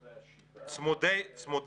אחרי השבעה קילומטר --- צמוד גדר,